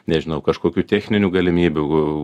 nežinau kažkokių techninių galimybių